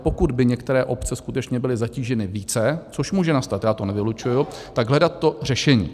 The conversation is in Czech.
Pokud by některé obce skutečně byly zatíženy více, což může nastat, já to nevylučuji, tak hledat to řešení.